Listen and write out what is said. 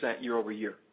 year-over-year